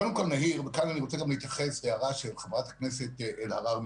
כאן אני רוצה גם להתייחס להערה של חברת הכנסת אלהרר.